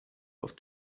auf